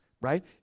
Right